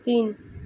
तीन